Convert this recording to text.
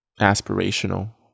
aspirational